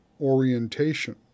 orientation